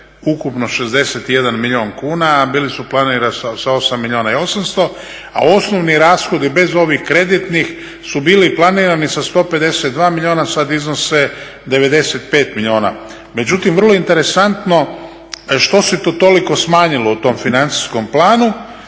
ukupno 61 milijun kuna, a bili su planirani sa 8 milijuna i 800. A osnovni rashodi bez ovih kreditnih su bili planiranih sa 152 milijuna. Sad iznose 95 milijuna. Međutim, vrlo je interesantno što se to toliko smanjilo u tom financijskom planu,